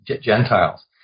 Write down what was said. Gentiles